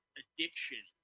addiction